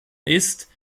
ist